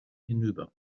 hinüber